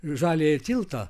žaliąjį tiltą